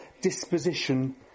disposition